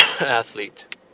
athlete